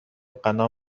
غنا